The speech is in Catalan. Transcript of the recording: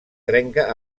trenca